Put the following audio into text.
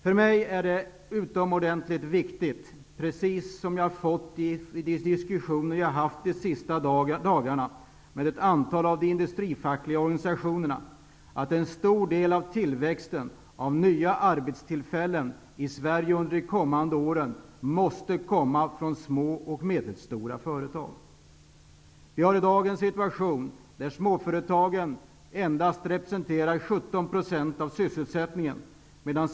För mig är det utomordentligt viktigt -- precis som jag har fått höra i de diskussioner jag har haft de senaste dagarna med ett antal av de industrifackliga organisationerna -- att en stor del av tillväxten av nya arbetstillfällen i Sverige under kommande år måste komma från små och medelstora företag. Vi har i dag en situation där småföretagen endast representerar 17 % av sysselsättningen.